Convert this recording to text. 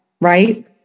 right